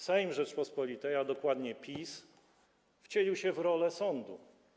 Sejm Rzeczypospolitej, a dokładnie PiS, wcielił się w rolę sądu.